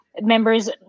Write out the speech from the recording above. Members